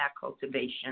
cultivation